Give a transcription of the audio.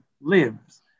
lives